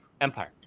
Empire